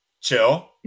Chill